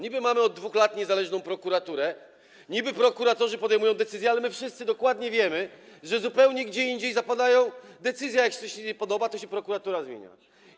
Niby mamy od 2 lat niezależną prokuraturę, niby-prokuratorzy podejmują decyzje, ale my wszyscy dokładnie wiemy, że zupełnie gdzie indziej zapadają decyzje, a jak się coś nie podoba, to się prokuratora zmienia.